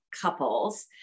couples